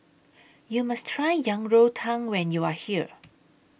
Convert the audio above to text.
YOU must Try Yang Rou Tang when YOU Are here